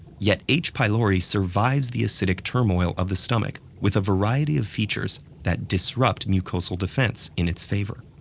yet h. pylori survives the acidic turmoil of the stomach with a variety of features that disrupt mucosal defense in its favor.